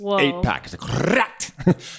eight-pack